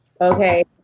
Okay